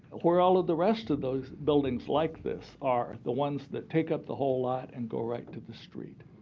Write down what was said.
where all of the rest of those buildings like this are, the ones that take up the whole lot and go right to the street.